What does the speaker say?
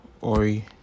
Ori